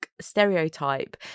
stereotype